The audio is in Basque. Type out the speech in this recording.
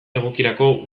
egokirako